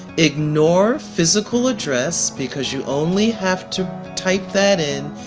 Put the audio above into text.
ignore physical address because you only have to type that in,